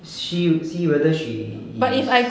is she would see whether she